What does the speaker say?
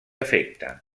efecte